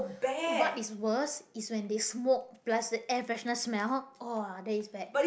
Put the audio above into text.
what is worst is when they smoke plus the air freshness smell [wah] that is bad